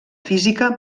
física